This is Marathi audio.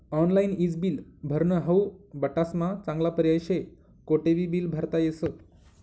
ऑनलाईन ईज बिल भरनं हाऊ बठ्ठास्मा चांगला पर्याय शे, कोठेबी बील भरता येस